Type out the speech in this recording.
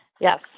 Yes